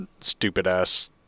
stupid-ass